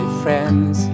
friends